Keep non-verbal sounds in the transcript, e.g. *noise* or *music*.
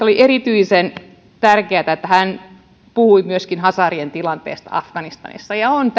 *unintelligible* oli erityisen tärkeätä että hän puhui myöskin hazarien tilanteesta afganistanissa ja on *unintelligible*